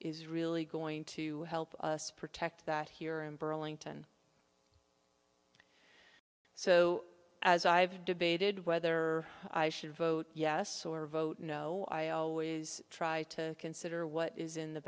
is really going to help us protect that here in burlington so as i've debated whether i should vote yes or vote no i always try to consider what is in the